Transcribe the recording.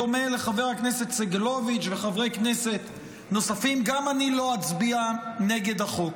בדומה לחבר הכנסת סגלוביץ' וחברי כנסת נוספים גם אני לא אצביע נגד החוק.